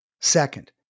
Second